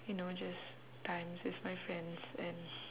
you know just times with my friends and